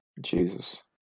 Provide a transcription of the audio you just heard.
Jesus